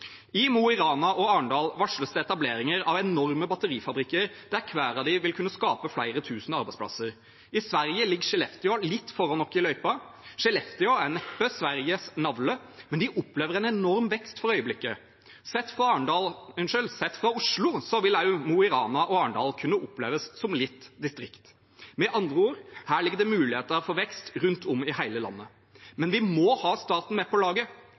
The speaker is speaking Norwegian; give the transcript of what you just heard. I Mo i Rana og i Arendal varsles det etableringer av enorme batterifabrikker, der hver av dem vil kunne skape flere tusen arbeidsplasser. Skellefteå i Sverige ligger litt foran oss i løypa. Skellefteå er neppe Sveriges navle, men de opplever en enorm vekst for øyeblikket. Sett fra Oslo vil også Mo i Rana og Arendal kunne oppleves litt som distrikt. Med andre ord: Her ligger det muligheter for vekst rundt om i hele landet. Men vi må ha staten med på laget.